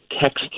text